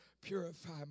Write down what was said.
Purify